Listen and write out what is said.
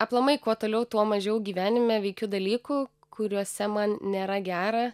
aplamai kuo toliau tuo mažiau gyvenime veikiu dalykų kuriuose man nėra gera